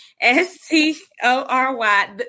s-t-o-r-y